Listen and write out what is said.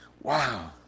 Wow